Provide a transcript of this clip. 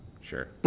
Sure